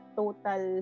total